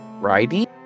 riding